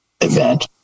event